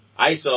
ISO